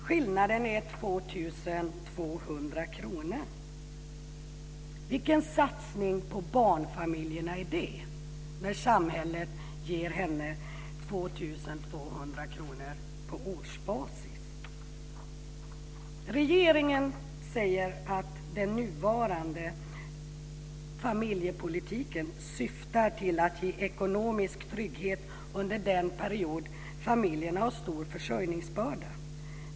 Skillnaden är 2 200 kr. Vilken satsning på barnfamiljerna är det, när samhället ger henne 2 200 kr på årsbasis? Regeringen säger att den nuvarande familjepolitiken syftar till att ge ekonomisk trygghet under den period familjen har stor försörjningsbörda.